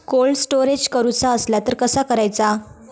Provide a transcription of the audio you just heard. Cold storage करूचा असला तर कसा करायचा?